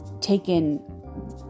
taken